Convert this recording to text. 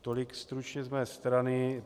Tolik stručně z mé strany.